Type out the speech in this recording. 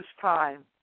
time